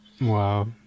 Wow